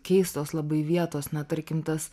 keistos labai vietos na tarkim tas